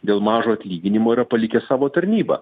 dėl mažo atlyginimo yra palikęs savo tarnybą